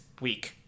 week